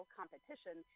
competition